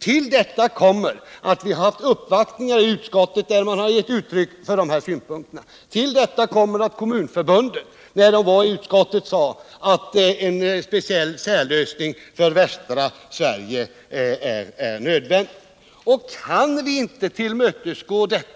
Till detta kommer att vi i utskottet haft uppvaktningar där dessa synpunkter kommit till uttryck. Till detta kommer också att Kommunförbundets representanter vid sitt besök i utskottet sade att en särlösning för västra Sverige är nödvändig. Och varför skulle vi inte kunna tillmötesgå detta